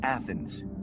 Athens